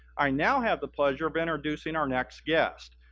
i now have the pleasure of introducing our next guest.